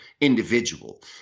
individual